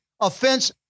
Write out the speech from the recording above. offense